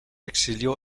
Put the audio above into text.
exilió